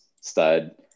stud